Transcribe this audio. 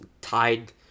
tied